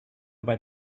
about